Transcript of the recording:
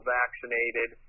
vaccinated